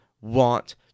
want